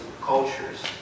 cultures